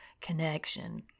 connection